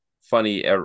funny